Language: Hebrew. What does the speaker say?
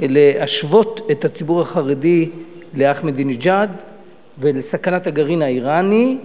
להשוות את הציבור החרדי לאחמדינג'אד ולסכנת הגרעין האירני,